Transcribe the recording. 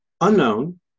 unknown